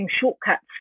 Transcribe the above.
shortcuts